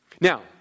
Now